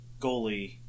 goalie